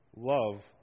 love